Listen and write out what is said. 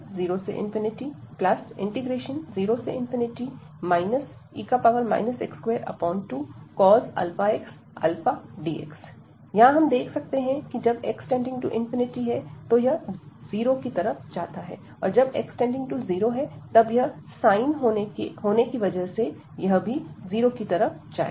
00 e x22 αx αdx यहां हम देख सकते हैं की जब x →∞ है तो यह जीरो की तरफ जाता है और जब x →0 है तब यहां sin होने से यह भी जीरो की तरफ जाएगा